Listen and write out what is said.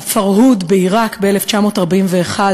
ה"פרהוד" בעיראק ב-1941,